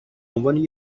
عنوان